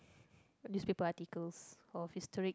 newspaper articles of historic